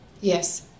Yes